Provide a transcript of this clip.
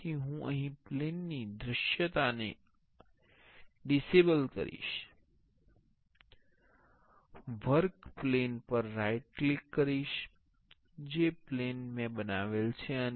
તેથી હું અહીં પ્લેન ની દૃશ્યતા ને અક્ષમ કરીશ વર્ક પ્લેન પર રાઇટ ક્લિક કરો જે પ્લેન મેં બનાવેલ છે